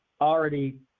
already